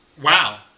Wow